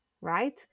right